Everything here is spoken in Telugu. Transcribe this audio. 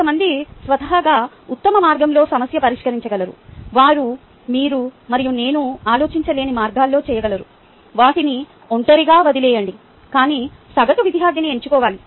కొంతమంది స్వతహాగా ఉత్తమ మార్గంలో సమస్య పరిష్కారించగలరు వారు మీరు మరియు నేను ఆలోచించలేని మార్గాల్లో చేయగలరు వాటిని ఒంటరిగా వదిలేయండి కాని సగటు విద్యార్థిని ఎంచుకోవాలి